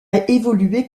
évolué